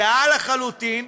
זהה לחלוטין,